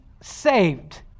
saved